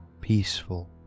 peaceful